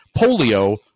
Polio